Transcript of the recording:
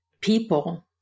people